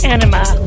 Anima